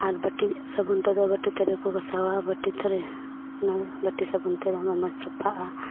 ᱟᱨ ᱵᱟᱹᱴᱤ ᱥᱟᱵᱚᱱ ᱛᱮᱫᱚ ᱵᱟᱹᱴᱤ ᱛᱷᱟᱹᱨᱤ ᱠᱚ ᱜᱟᱥᱟᱣᱟ ᱵᱟᱹᱴᱤ ᱛᱷᱟᱹᱨᱤ ᱚᱱᱟ ᱵᱟᱹᱴᱤ ᱥᱟᱵᱚᱱ ᱛᱮᱫᱚ ᱫᱚᱢᱮ ᱥᱟᱯᱷᱟᱜᱼᱟ